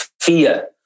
fear